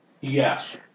Yes